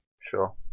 Sure